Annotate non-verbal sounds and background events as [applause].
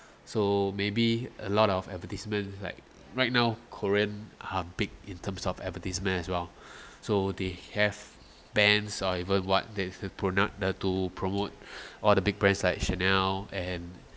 so maybe a lot of advertisement like right now korean are big in terms of advertisement as well [breath] so they have bands or even what they've to promote or the big brands like chanel and